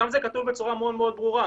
שם זה כתוב בצורה מאוד ברורה.